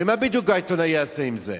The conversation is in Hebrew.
ומה בדיוק העיתונאי יעשה עם זה,